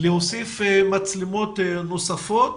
להוסיף מצלמות נוספות